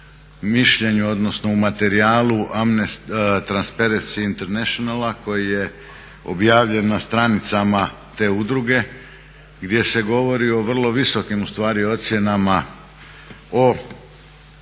mišljenju odnosno u materijalu Transparency Internationala koji je objavljen na stranicama te udruge gdje se govori o vrlo visokim ustvari ocjenama, o